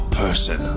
person